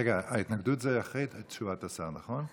רגע, ההתנגדות היא אחרי תשובת השר, נכון?